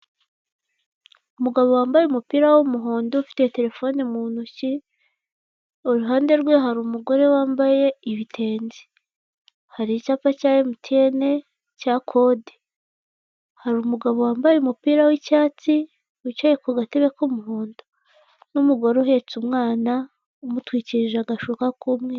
Umugabo wambaye umupira w'umuhondo, ufite terefone mu ntoki. Iruhande rwe hari umugore wambaye ibitenge. Hari icyapa cya Emutiyeni cya kode. Hari umugabo wambaye umupira w'icyatsi wicye ku gatebe k'umuhondo, n'umugore uhetse umwana umutwikirije agashuka k'umweru.